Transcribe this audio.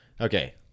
Okay